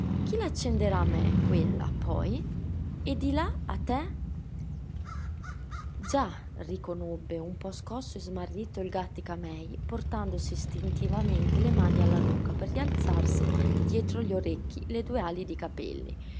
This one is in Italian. la accenderà a me quella poi e di là a te già riconobbe un po scosso e smarrito il gàttica-mei portandosi istintivamente le mani alla nuca per rialzarsi dietro gli orecchi le due ali di capelli